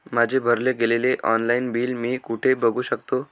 माझे भरले गेलेले ऑनलाईन बिल मी कुठे बघू शकतो?